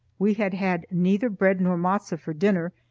we had had neither bread nor matzo for dinner,